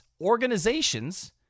organizations